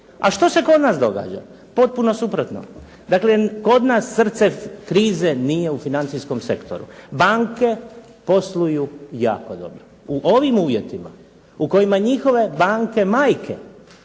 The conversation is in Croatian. A što se kod nas događa? Potpuno suprotno. Dakle kod nas srce krize nije u financijskom sektoru. Banke posluju jako dobro. U ovim uvjetima u kojima njihove banke majke